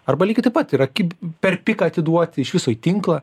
arba lygiai taip pat yra kaip per piką atiduoti iš viso į tinklą